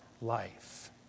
life